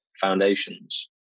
foundations